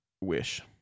wish